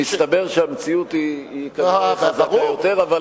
מסתבר שהמציאות היא חזקה יותר, כנראה.